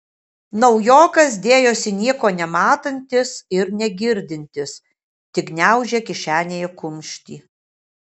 naujokas dėjosi nieko nematantis ir negirdintis tik gniaužė kišenėje kumštį